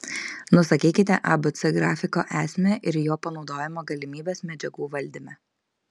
nusakykite abc grafiko esmę ir jo panaudojimo galimybes medžiagų valdyme